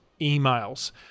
emails